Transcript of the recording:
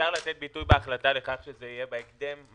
אפשר לתת ביטוי בהחלטה לכך שזה יהיה בהקדם?